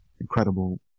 Incredible